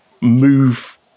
move